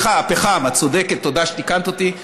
סליחה, הפחם, את צודקת, תודה שתיקנת אותי.